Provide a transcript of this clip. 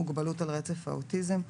מוגבלות על רצף האוטיזם/ASD,